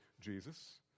Jesus